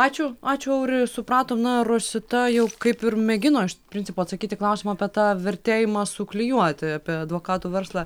ačiū ačiū auri supratom na rosita jau kaip ir mėgino iš principo atsakyt į klausimą apie tą vertėjimą suklijuoti apie advokatų verslą